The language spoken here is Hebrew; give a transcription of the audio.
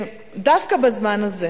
שדווקא בזמן הזה,